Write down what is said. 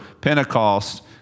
Pentecost